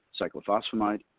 cyclophosphamide